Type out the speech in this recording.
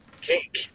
cake